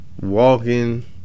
walking